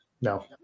No